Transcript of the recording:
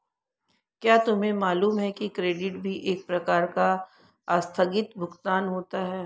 क्या तुम्हें मालूम है कि क्रेडिट भी एक प्रकार का आस्थगित भुगतान होता है?